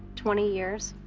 twenty years.